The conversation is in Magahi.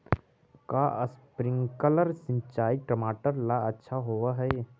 का स्प्रिंकलर सिंचाई टमाटर ला अच्छा होव हई?